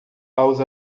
aos